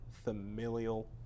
familial